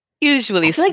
Usually